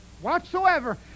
whatsoever